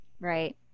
Right